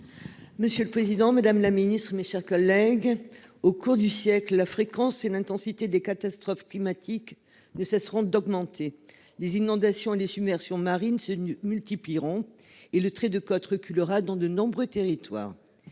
: La parole est à Mme Monique de Marco. Au cours du siècle, la fréquence et l'intensité des catastrophes climatiques ne cesseront d'augmenter. Les inondations, les submersions marines se multiplieront et le trait de côte reculera dans de nombreux territoires.